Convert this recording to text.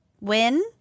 Win